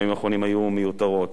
בימים האחרונים היו מיותרות